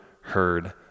heard